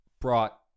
brought